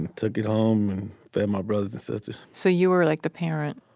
and took it home and fed my brothers and sisters so, you were like the parent?